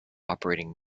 operating